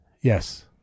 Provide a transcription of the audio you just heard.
Yes